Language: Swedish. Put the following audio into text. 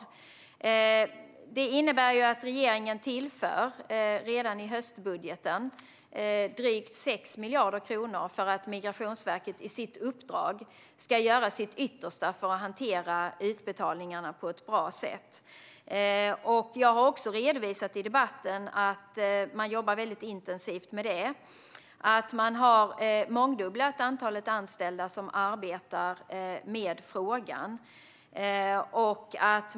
Regeringen tillför redan i höstbudgeten drygt 6 miljarder kronor för att Migrationsverket ska göra sitt yttersta för att hantera utbetalningarna på ett bra sätt. Jag har också redovisat i debatten att man jobbar intensivt med detta. Man har mångdubblat antalet anställda som arbetar med frågan.